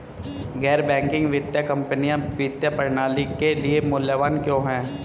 गैर बैंकिंग वित्तीय कंपनियाँ वित्तीय प्रणाली के लिए मूल्यवान क्यों हैं?